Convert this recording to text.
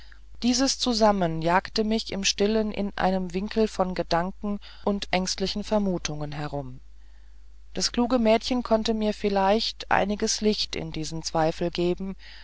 dieses zusammen jagte mich im stillen in einem wirbel von gedanken und ängstlichen vermutungen herum das kluge mädchen konnte mir vielleicht einiges licht in diesen zweifeln geben